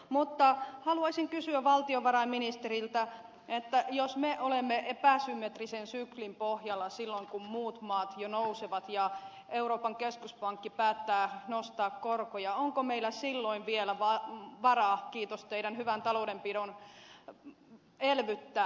mutta haluaisin kysyä valtiovarainministeriltä että jos me olemme epäsymmetrisen syklin pohjalla silloin kun muut maat jo nousevat ja euroopan keskuspankki päättää nostaa korkoja onko meillä silloin vielä varaa kiitos teidän hyvän taloudenpitonne elvyttää